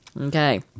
Okay